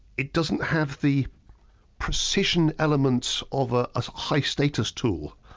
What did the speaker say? it doesn't have the precision element of a ah high-status tool.